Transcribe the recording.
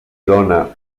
dóna